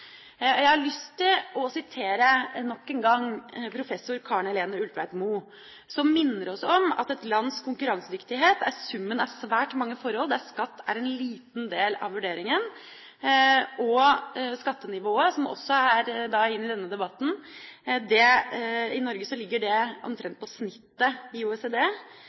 rankinglistene. Jeg har lyst til nok en gang å referere til professor Karen Helene Ulltveit-Moe, som minner oss om at et lands konkurransedyktighet er summen av svært mange forhold, der skatt er en liten del av vurderingen. Skattenivået i Norge, som også er med i denne debatten, ligger omtrent på snittet i OECD.